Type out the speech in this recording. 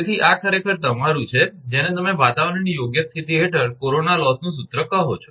તેથી આ ખરેખર તમારું છે જેને તમે વાતાવરણની યોગ્ય સ્થિતિ હેઠળ કોરોના લોસનું સૂત્ર કહો છો